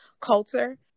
culture